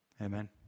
Amen